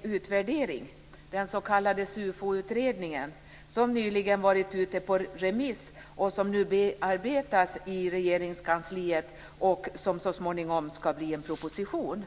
utredningen, som nyligen varit ute på remiss och som nu bearbetas i Regeringskansliet och så småningom skall bli en proposition.